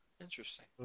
interesting